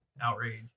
outrage